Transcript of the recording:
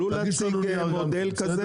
תגיש לנו גם אתה נייר.